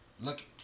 look